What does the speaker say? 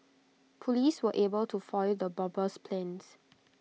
Police were able to foil the bomber's plans